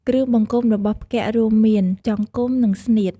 គ្រឿងបង្គុំរបស់ផ្គាក់រួមមាន ចង្គំ និងស្នៀត ។